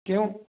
क्यों